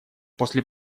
после